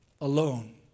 alone